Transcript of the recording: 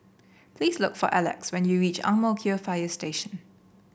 please look for Elex when you reach Ang Mo Kio Fire Station